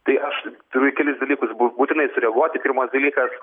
tai aš turiu į kelis dalykus bū būtinai sureaguoti pirmas dalykas